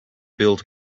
build